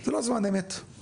זה לא זמן אמת.